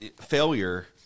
failure